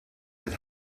that